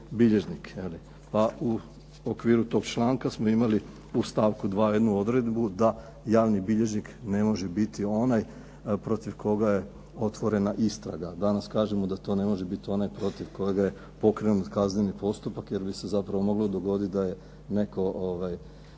je li. Pa u okviru toga članka smo imali u stavku 2. jednu odredbu, da javni bilježnik ne može biti onaj protiv koga je otvorena istraga. Danas kažemo da to ne može biti onaj protiv koga je pokrenut kazneni postupak, jer bi se zapravo moglo dogoditi da je netko